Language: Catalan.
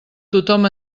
tothom